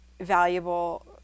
valuable